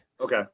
okay